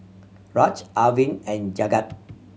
Aaj Arvind and Jagat